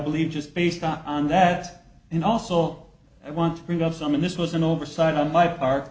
believe just based on that and also i want to bring up some of this was an oversight on my part